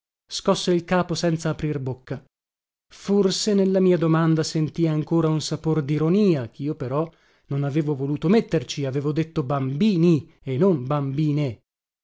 scosse il capo senza aprir bocca forse nella mia domanda sentì ancora un sapor dironia chio però non avevo voluto metterci avevo detto bambini e non bambine